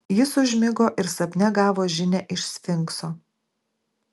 jis užmigo ir sapne gavo žinią iš sfinkso